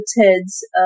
Ted's